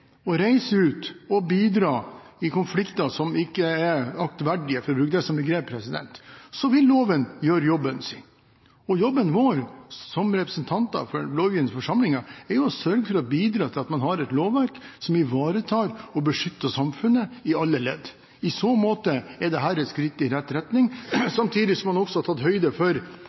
reise ut og bidra i konflikter som ikke er aktverdige, for å bruke det begrepet, om at loven vil gjøre jobben sin. Og jobben vår, som representanter for den lovgivende forsamlingen, er å sørge for å bidra til at man har et lovverk som ivaretar og beskytter samfunnet i alle ledd. I så måte er dette et skritt i riktig retning, samtidig som man også har tatt høyde for